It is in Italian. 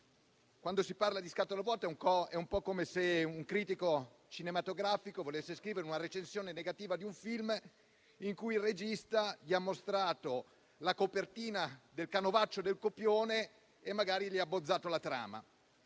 Quando si parla di scatola vuota, è un po' come se un critico cinematografico volesse scrivere la recensione negativa di un film il cui regista gli ha mostrato la copertina del canovaccio del copione e magari gli ha abbozzato la trama: